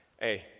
Hey